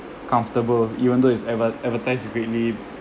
comfortable even though it's adver~ advertised greatly